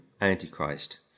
Antichrist